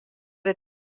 wer